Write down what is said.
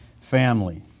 family